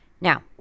Now